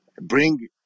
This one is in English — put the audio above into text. bring